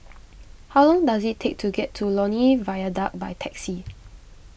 how long does it take to get to Lornie Viaduct by taxi